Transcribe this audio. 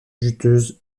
juteuse